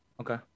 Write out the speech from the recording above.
Okay